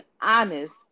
honest